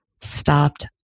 stopped